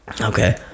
Okay